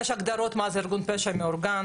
יש הגדרות מה זה ארגון פשע מאורגן,